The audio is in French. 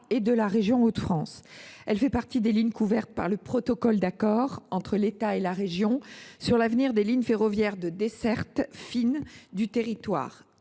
et de la région Hauts de France. Elle fait partie des lignes couvertes par le protocole d’accord entre l’État et la région sur l’avenir des lignes ferroviaires de desserte fine du territoire,